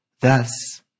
Thus